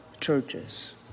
churches